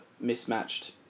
mismatched